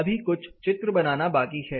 अभी कुछ चित्र बनाना बाकी है